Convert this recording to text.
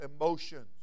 emotions